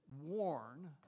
warn